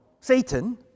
Satan